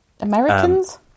Americans